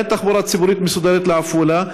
אין תחבורה ציבורית מסודרת לעפולה,